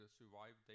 survive